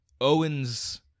owen's